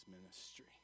ministry